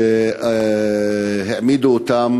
שעצרו אותם,